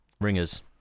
Ringers